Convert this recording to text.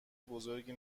بزرگی